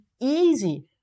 easy